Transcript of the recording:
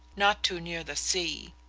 not too near the sea